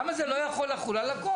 למה זה לא יכול לחול על הכול?